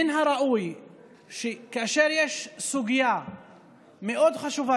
מן הראוי שכאשר יש סוגיה מאוד חשובה,